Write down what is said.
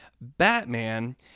batman